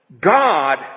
God